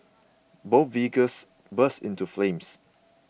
both vehicles burst into flames